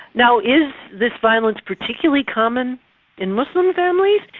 now is this violence particularly common in muslim families?